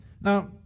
Now